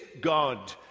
God